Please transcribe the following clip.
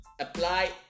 apply